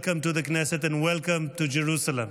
Welcome to the Knesset and welcome to Jerusalem.